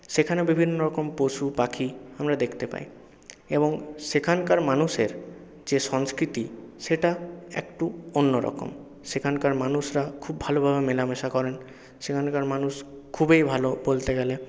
সেখানে বিভিন্নরকম পশুপাখি আমরা দেখতে পাই এবং সেখানকার মানুষের যে সংস্কৃতি সেটা একটু অন্যরকম সেখানকার মানুষরা খুব ভালোভাবে মেলামেশা করেন সেখানকার মানুষ খুবই ভালো বলতে গেলে